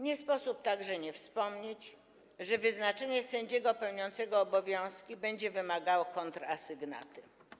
Nie sposób także nie wspomnieć, że wyznaczenie sędziego pełniącego obowiązki będzie wymagało kontrasygnaty.